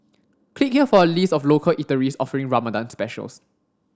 click here for a list of local eateries offering Ramadan specials